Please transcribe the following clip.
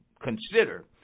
consider